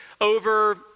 over